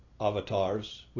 avatars